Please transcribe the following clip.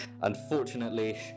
Unfortunately